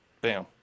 Bam